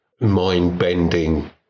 mind-bending